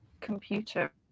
computer